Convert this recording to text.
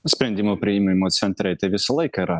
sprendimų priėmimo centrai tai visą laiką yra